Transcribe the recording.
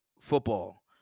football